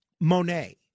Monet